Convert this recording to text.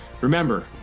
remember